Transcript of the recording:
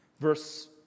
Verse